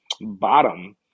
bottom